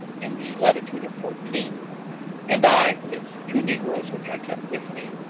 in the latitude of fourteen and i, with two negroes which i kept with me,